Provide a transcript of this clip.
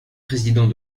président